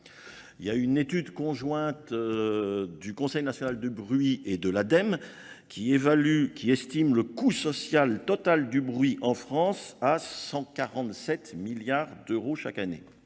Il y a une étude conjointe du Conseil national du bruit et de l'ADEME qui estime le coût social total du bruit en France à 147 milliards d'euros chaque année.